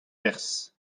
perzh